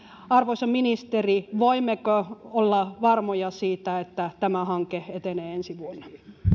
arvoisa ministeri voimmeko olla varmoja siitä että tämä hanke etenee ensi vuonna